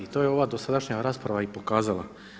I to je ova dosadašnja rasprava i pokazala.